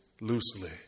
loosely